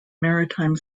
maritime